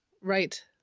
right